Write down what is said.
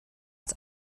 als